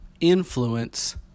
influence